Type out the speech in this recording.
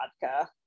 vodka